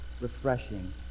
refreshing